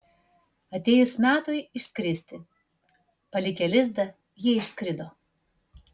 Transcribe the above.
atėjus metui išskristi palikę lizdą jie išskrido